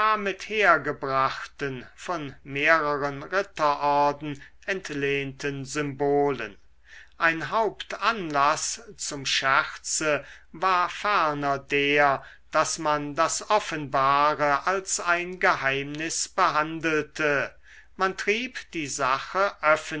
mit hergebrachten von mehreren ritterorden entlehnten symbolen ein hauptanlaß zum scherze war ferner der daß man das offenbare als ein geheimnis behandelte man trieb die sache